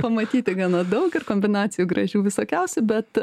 pamatyti gana daug ir kombinacijų gražių visokiausių bet